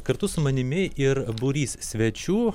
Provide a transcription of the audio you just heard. kartu su manimi ir būrys svečių